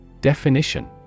Definition